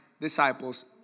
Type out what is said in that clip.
disciples